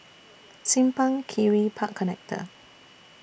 Simpang Kiri Park Connector